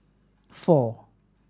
four